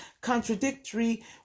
contradictory